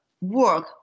work